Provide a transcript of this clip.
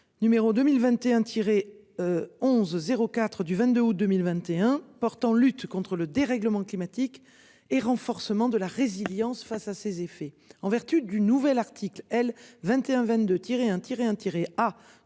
Numéro 2021 tiré. 11 04 du 22 août 2021 portant lutte contre le dérèglement climatique et renforcement de la résilience face à ces effets en vertu du nouvel article L 21